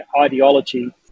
ideology